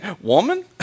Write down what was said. woman